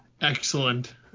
Excellent